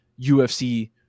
UFC